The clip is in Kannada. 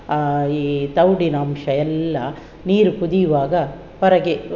ಈ ತೌಡಿನಂಶ ಎಲ್ಲ ನೀರು ಕುದಿಯುವಾಗ ಹೊರಗೆ